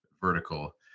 vertical